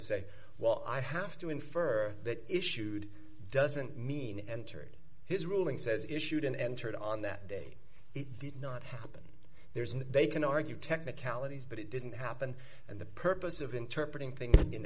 say well i have to infer that issued doesn't mean entered his ruling says issued and entered on that day it did not happen there isn't that they can argue technicalities but it didn't happen and the purpose of interpreted things in